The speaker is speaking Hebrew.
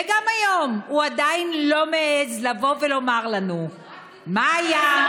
וגם היום הוא עדיין לא מעז לבוא ולומר לנו מה היה,